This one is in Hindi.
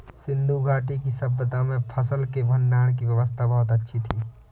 सिंधु घाटी की सभय्ता में फसल के भंडारण की व्यवस्था बहुत अच्छी थी